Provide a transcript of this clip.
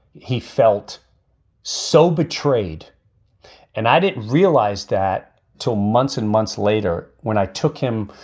he felt so betrayed and i didn't realize that till months and months later when i took him.